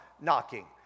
knocking